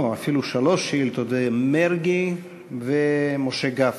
אפילו שלוש שאילתות, גם למרגי ומשה גפני.